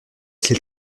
sait